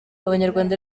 abanyarwanda